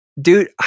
dude